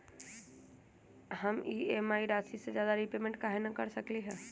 हम ई.एम.आई राशि से ज्यादा रीपेमेंट कहे न कर सकलि ह?